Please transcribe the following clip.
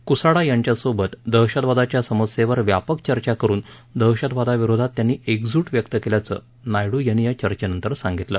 कुसाडा यांच्यासोबत दहशतवादाच्या समस्येवर व्यापक चर्चा करून दहशतवादाविरोधात त्यांनी एकजूट व्यक्त केल्याचं नायडू यांनी या चर्चेनंतर सांगितलं